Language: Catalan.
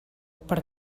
per